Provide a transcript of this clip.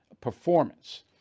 performance